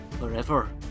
forever